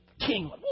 King